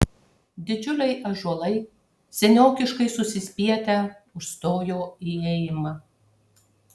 didžiuliai ąžuolai seniokiškai susispietę užstojo įėjimą